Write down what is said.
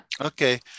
Okay